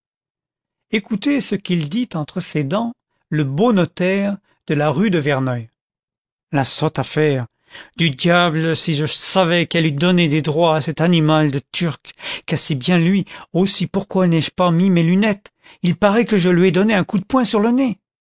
écoutez ce qu'il dit entre ses dents le beau notaire de la rue de verneuil la sotte affaire du diable si je savais qu'elle eût donné des droits à cet animal de turc car c'est bien lui aussi pourquoi n'avais-je pas mis mes lunettes il paraît que je lui ai donné un coup de poing sur le nez